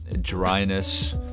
dryness